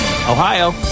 Ohio